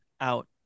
out